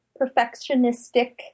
perfectionistic